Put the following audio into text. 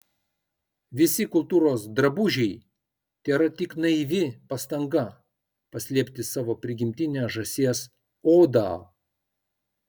visi kultūros drabužiai tėra tik naivi pastanga paslėpti savo prigimtinę žąsies odą